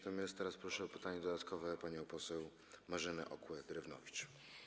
Teraz proszę o pytanie dodatkowe panią poseł Marzenę Okła-Drewnowicz.